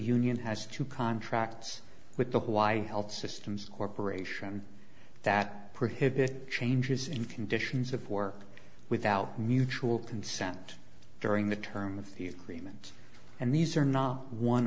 union has two contracts with the hawaii health systems corporation that prohibit changes in conditions of work without mutual consent during the term of the treatments and these are not one